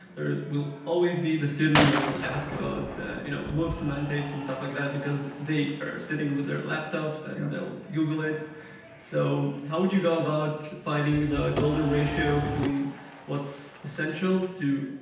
there will always be the student that will ask about you know move semantics and stuff like that because they are sitting with their laptops and they'll google it so how would you go about finding the golden ratio between what's essential to.